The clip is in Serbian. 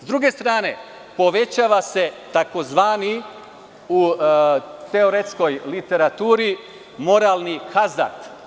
S druge strane, povećava se tzv. u teoretskoj literaturi, moralni hazat.